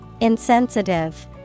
Insensitive